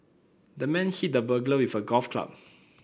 the man hit the burglar with a golf club